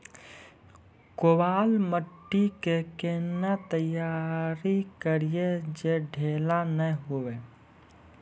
केवाल माटी के कैना तैयारी करिए जे ढेला नैय हुए?